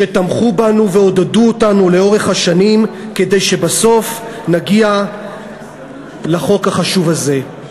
שתמכו בנו ועודדו אותנו לאורך השנים כדי שבסוף נגיע לחוק החשוב הזה.